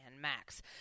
Max